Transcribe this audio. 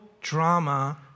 drama